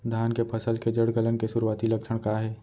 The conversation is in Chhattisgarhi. धान के फसल के जड़ गलन के शुरुआती लक्षण का हे?